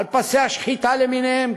על פסי השחיטה למיניהם,